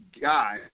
guy